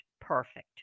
perfect